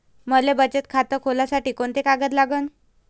मले बचत खातं खोलासाठी कोंते कागद लागन?